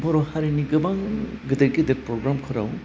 बर' हारिनि गोबां गेदेद गेदेद प्रग्रामफोराव